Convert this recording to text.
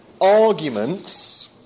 arguments